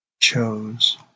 chose